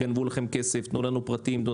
גנבו לכם כסף תנו לנו פרטים.